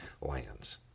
lands